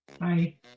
Hi